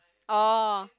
orh